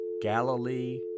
Galilee